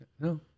No